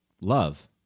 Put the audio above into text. love